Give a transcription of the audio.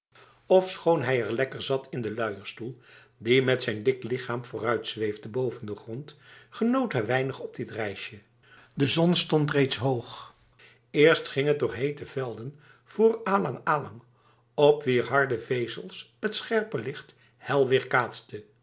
ofschoon hij er lekker zat in de luierstoel die met zijn dik lichaam vooruitzweefde boven de grond genoot hij weinig op dit reisje de zon stond reeds hoog eerst ging het door hete velden vol alang-alang op wier harde vezels t scherpe licht hel weerkaatste